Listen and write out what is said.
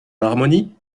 harmonie